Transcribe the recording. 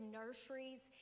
nurseries